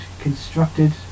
constructed